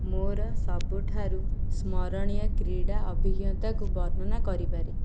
ମୋର ସବୁଠାରୁ ସ୍ମରଣୀୟ କ୍ରୀଡ଼ା ଅଭିଜ୍ଞତାକୁ ବର୍ଣ୍ଣନା କରିପାରେ